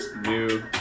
new